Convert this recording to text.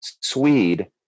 Swede